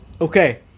Okay